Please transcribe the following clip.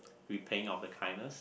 repaying of the kindness